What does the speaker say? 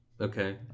Okay